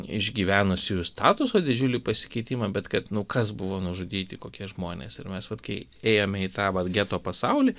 išgyvenusiųjų statuso didžiulį pasikeitimą bet kad nu kas buvo nužudyti kokie žmonės ir mes vat kai ėjome į tą vat geto pasaulį